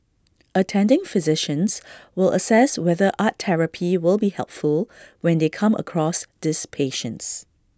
attending physicians will assess whether art therapy will be helpful when they come across these patients